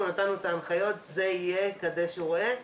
נתנו את ההנחיות וזה יהיה קדש וראה.